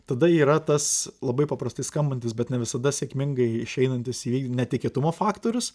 tada yra tas labai paprastai skambantis bet ne visada sėkmingai išeinantis įvyk netikėtumo faktorius